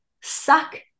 suck